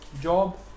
job